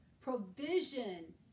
provision